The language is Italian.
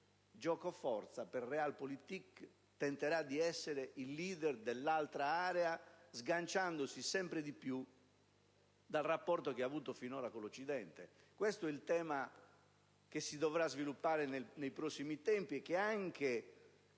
giocoforza, per *realpolitik*, tenterà di essere *leader* dell'altra area, sganciandosi sempre di più dal rapporto che ha avuto finora con l'Occidente. Questo è il tema che dovrà svilupparsi nei prossimi tempi, e che anche